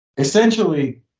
Essentially